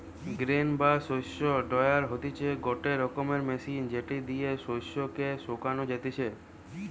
grain বা শস্য dryer হতিছে গটে রকমের মেশিন যেটি দিয়া শস্য কে শোকানো যাতিছে